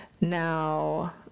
Now